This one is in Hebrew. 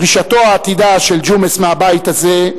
פרישתו העתידה של ג'ומס מהבית הזה,